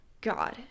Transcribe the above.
God